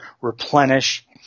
replenish